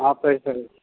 हँ पढ़ि सकै छिए